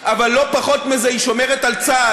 אבל לא פחות מזה היא שומרת על צה"ל,